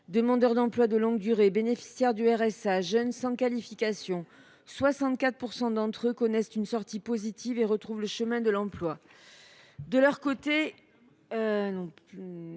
Demandeurs d’emploi de longue durée, bénéficiaires du RSA, jeunes sans qualification, etc. : 64 % d’entre eux connaissent une sortie positive et retrouvent le chemin de l’emploi. Mes chers